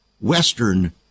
Western